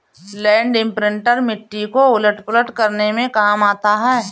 land imprinter मिट्टी को उलट पुलट करने के काम आता है